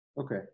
Okay